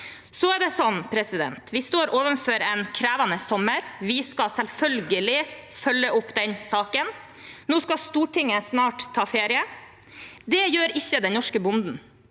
gjør for landbruket. Vi står overfor en krevende sommer, og vi skal selvfølgelig følge opp den saken. Nå skal Stortinget snart ta ferie. Det gjør ikke den norske bonden.